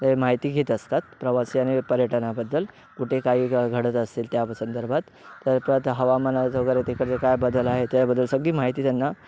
माहिती घेत असतात प्रवासी आणि पर्यटनाबद्दल कुठे काही घडत असतील त्या संदर्भात तर हवामाना वगैरे तिकडचे काय बदल आहे त्याबद्दल सगळी माहिती त्यांना